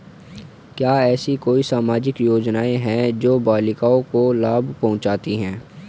क्या ऐसी कोई सामाजिक योजनाएँ हैं जो बालिकाओं को लाभ पहुँचाती हैं?